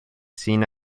seen